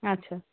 আচ্ছা